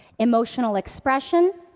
emotional expression,